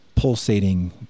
Pulsating